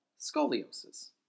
scoliosis